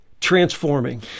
transforming